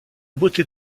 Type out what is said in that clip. beauté